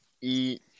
eat